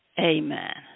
Amen